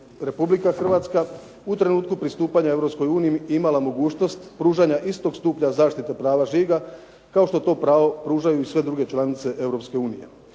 Republika Hrvatska u trenutku pristupanja Europskoj uniji imala mogućnost pružanja istog stupnja zaštite prava žiga kao što to pravo pružaju i sve druge članice